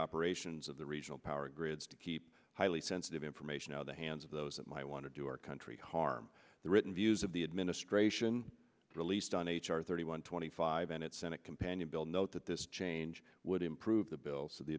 operations of the regional power grids to keep highly sensitive information out of the hands of those that might want to do our country harm the written views of the administration released on h r thirty one twenty five and its senate companion bill note that this change would improve the bill so the